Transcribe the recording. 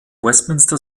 westminster